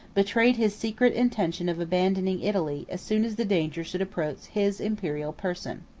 betrayed his secret intention of abandoning italy, as soon as the danger should approach his imperial person.